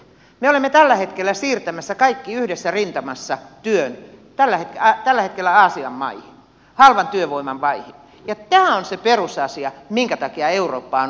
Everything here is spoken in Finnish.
me olemme siirtämässä kaikki yhdessä rintamassa työn tällä hetkellä aasian maihin halvan työvoiman maihin ja tämä on se perusasia minkä takia eurooppa on ongelmissa